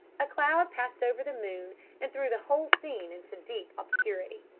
a cloud passed over the moon and threw the whole scene into deep obscurity.